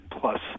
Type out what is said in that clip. plus